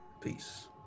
Peace